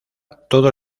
todo